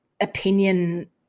opinion